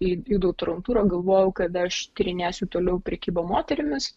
į į doktorantūrą galvojau kad aš tyrinėsiu toliau prekybą moterimis